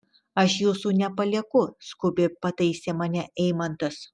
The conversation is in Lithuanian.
aš jūsų nepalieku skubiai pataisė mane eimantas